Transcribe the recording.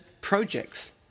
projects